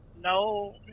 No